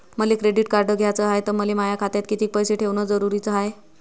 मले credit card घ्याचं हाय, त मले माया खात्यात कितीक पैसे ठेवणं जरुरीच हाय?